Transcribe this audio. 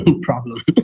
problem